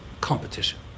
competition